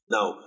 Now